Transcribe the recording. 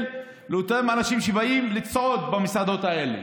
לאותם אנשים שבאים לסעוד במסעדות האלה.